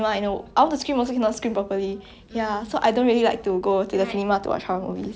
yeah yeah yeah exactly you know that time 我也是 like 去 halloween horror night